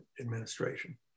administration